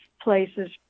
places